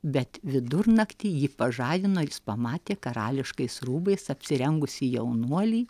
bet vidurnaktį jį pažadino jis pamatė karališkais rūbais apsirengusį jaunuolį